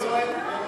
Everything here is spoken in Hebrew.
לא.